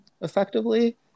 effectively